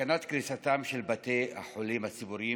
סכנת קריסתם של בתי החולים הציבוריים